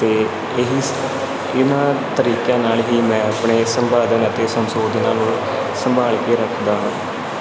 ਅਤੇ ਇਹੀ ਇਨ੍ਹਾਂ ਤਰੀਕਿਆਂ ਨਾਲ ਹੀ ਮੈਂ ਆਪਣੇ ਸੰਪਾਦਨ ਅਤੇ ਸੰਸ਼ੋਧਨਾਂ ਨੂੰ ਸੰਭਾਲ ਕੇ ਰੱਖਦਾ ਹਾਂ